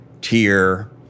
tier